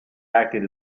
acted